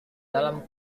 dalam